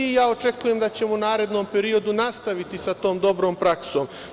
Ja očekujem da ćemo u narednom periodu nastaviti sa tom dobrom praksom.